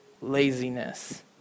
laziness